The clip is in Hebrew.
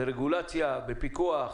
ברגולציה, בפיקוח,